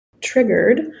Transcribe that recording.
triggered